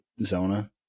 Zona